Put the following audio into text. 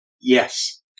Yes